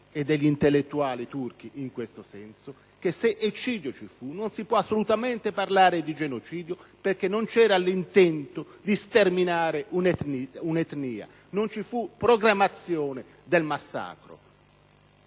e degli intellettuali turchi in questo senso - non si può assolutamente parlare di genocidio, perché non c'era l'intento di sterminare un'etnia, e non ci fu programmazione del massacro.